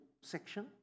section